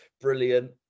brilliant